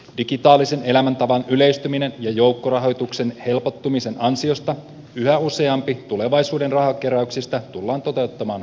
digitaalisen elämäntavan yleistymisen ja joukkorahoituksen helpottumisen ansiosta yhä useampi tulevaisuuden rahankeräyksistä tullaan toteuttamaan verkossa